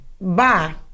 Bye